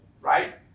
right